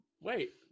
wait